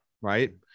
Right